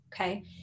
okay